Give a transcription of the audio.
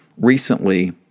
recently